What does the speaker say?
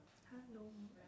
hello